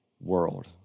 world